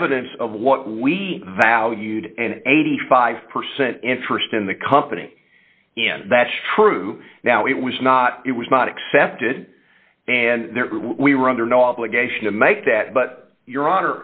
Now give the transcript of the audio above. evidence of what we valued an eighty five percent interest in the company that's true now it was not it was not accepted and we were under no obligation to make that but your hon